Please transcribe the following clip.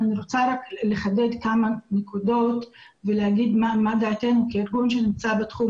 אני רוצה לחדד כמה נקודות ולהגיד מה דעתנו כ ארגון שנמצא בתחום